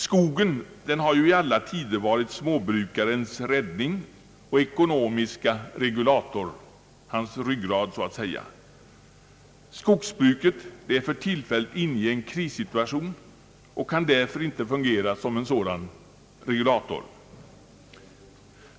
Skogen har ju i alla tider varit småbrukarens räddning och ekonomiska regulator, hans ryggrad så att säga. Skogsbruket är för tillfället inne i en krissituation och kan därför inte fungera såsom en sådan regulator.